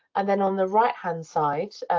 and then on the right-hand side,